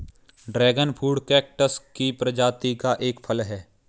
dragon fruit cactus की प्रजाति का एक फल है